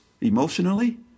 emotionally